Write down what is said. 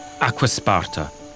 Aquasparta